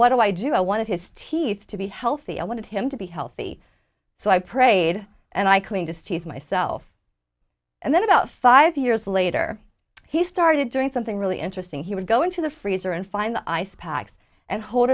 what do i do i wanted his teeth to be healthy i wanted him to be healthy so i prayed and i cleaned his teeth myself and then about five years later he started doing something really interesting he would go into the freezer and find the ice packs and hold